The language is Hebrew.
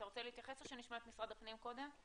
אתה רוצה להתייחס או שנשמע את משרד הפנים קודם?